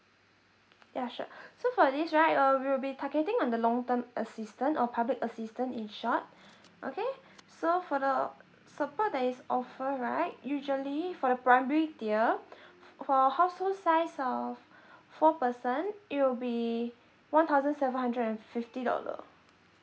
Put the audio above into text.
ya sure so for this right uh we will be targeting on the long term assistant or public assistant in short okay so for the support that is offer right usually for the primary tier for household size of four person it will be one thousand seven hundred and fifty dollar